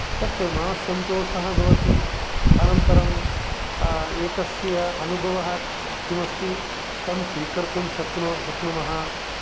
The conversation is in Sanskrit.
तत् मनस्संतोषः भवति अनन्तरम् एकस्य अनुभवः किम् अस्ति तं स्वीकर्तुं शक्नो शक्नुमः